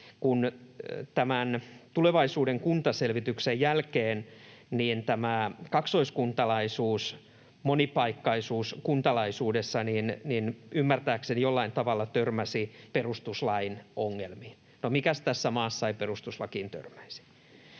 Tulevaisuuden kunta ‑selvityksen jälkeen tämä kaksoiskuntalaisuus, monipaikkaisuus kuntalaisuudessa, ymmärtääkseni jollain tavalla törmäsi perustuslain ongelmiin — no, mikäs tässä maassa ei perustuslakiin törmäisi?